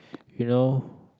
you know